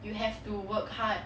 you have to work hard